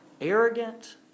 arrogant